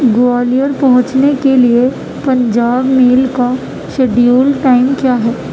گوالیار پہنچنے کے لیے پنجاب میل کا شیڈیول ٹائم کیا ہے